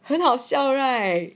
很好笑 right